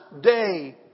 day